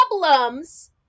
problems